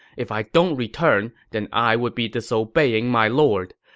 if i don't return, then i would be disobeying my lord.